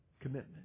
commitment